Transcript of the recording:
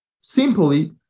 Simply